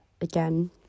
again